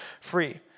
free